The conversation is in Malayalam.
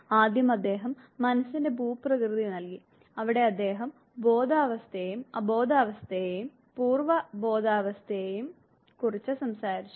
ആദ്യം അദ്ദേഹം മനസ്സിന്റെ ഭൂപ്രകൃതി നൽകി അവിടെ അദ്ദേഹം ബോധാവസ്ഥയേയും അബോധാവസ്ഥയേയും പൂർവ്വ ബോധാവസ്ഥയേയും കുറിച്ച് സംസാരിച്ചു